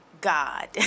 God